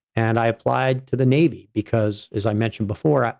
and i applied to the navy because as i mentioned before,